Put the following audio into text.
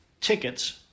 tickets